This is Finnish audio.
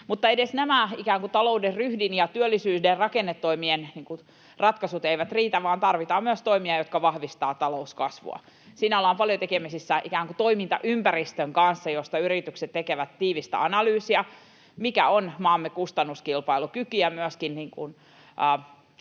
Mutta edes nämä ikään kuin talouden ryhdin ja työllisyyden rakennetoimien ratkaisut eivät riitä, vaan tarvitaan myös toimia, jotka vahvistavat talouskasvua. Siinä ollaan paljon tekemisissä ikään kuin toimintaympäristön kanssa, josta yritykset tekevät tiivistä analyysiä siitä, mikä on maamme kustannuskilpailukyky ja myöskin